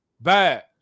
bad